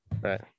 Right